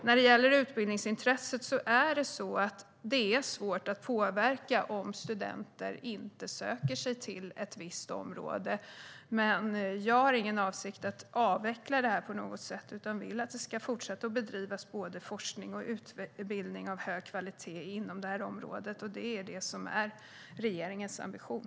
När det gäller utbildningsintresset är det svårt att påverka om studenter inte söker sig till ett visst område. Men jag har ingen avsikt att avveckla detta på något sätt, utan jag vill att det ska fortsätta att bedrivas både forskning och utbildning av hög kvalitet inom detta område. Det är det som är regeringens ambition.